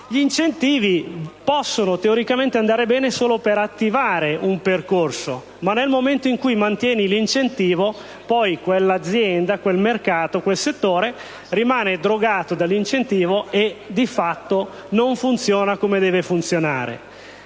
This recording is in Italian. gli incentivi possono teoricamente andare bene soltanto per attivare un percorso; nel momento in cui si mantiene l'incentivo, quell'azienda, quel mercato o quel settore rimane drogato dall'incentivo e di fatto non funziona come dovrebbe.